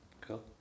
Cool